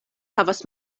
havas